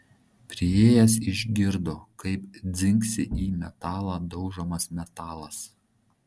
priėjęs išgirdo kaip dzingsi į metalą daužomas metalas